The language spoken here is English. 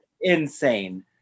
Insane